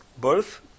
birth